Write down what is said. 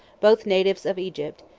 both natives of egypt,